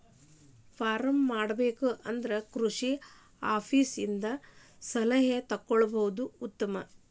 farm ಮಾಡಬೇಕು ಅಂದ್ರ ಕೃಷಿ ಆಪೇಸ್ ದಿಂದ ಸಲಹೆ ತೊಗೊಳುದು ಉತ್ತಮ